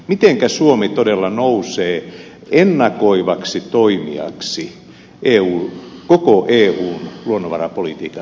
mitenkä suomi todella nousee ennakoivaksi toimijaksi koko eun luonnonvarapolitiikan osalta